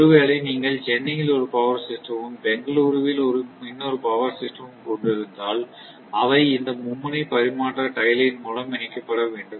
ஒருவேளை நீங்கள் சென்னையில் ஒரு பவர் சிஸ்டமும் பெங்களூரு வில் இன்னொரு பவர் சிஸ்டமும் கொண்டிருந்தால் அவை இந்த மும்முனை பரிமாற்ற டை லைன் மூலம் இணைக்கப்பட வேண்டும்